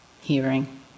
hearing